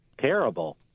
terrible